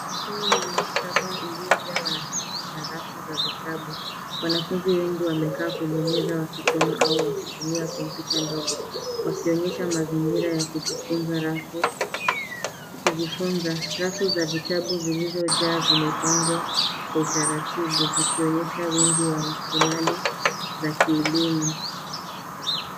Hii ni maktaba iliyojaa wanafunzi na rafu za vitabu. Wanafunzi wengi wamekaa kwenye meza wakisoma au wakitumia kompyuta ndogo, wakionyesha mazingira ya kujifunza. Rafu za vitabu zilizojaa zimepangwa kwa utaratibu zikionyesha wingi wa rasilimali za kielimu.